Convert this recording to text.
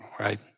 Right